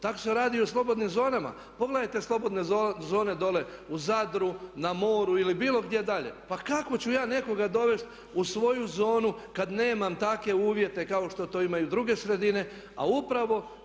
Tako se radi i o slobodnim zonama. Pogledajte slobodne zone dolje u Zadru na moru ili bilo gdje dalje. Pa kako ću ja nekoga dovesti u svoju zonu kad nemam takve uvjete kao što to imaju druge sredine. A upravo